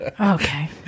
Okay